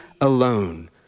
alone